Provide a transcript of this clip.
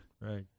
right